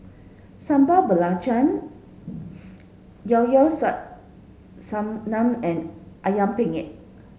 Sambal Belacan Llao Llao Sanum and Ayam Penyet